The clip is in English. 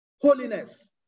holiness